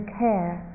care